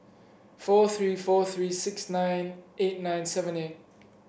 four three four three six nine eight nine seven eight